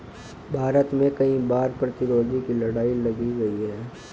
भारत में कई बार कर प्रतिरोध की लड़ाई लड़ी गई है